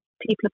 people